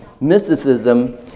mysticism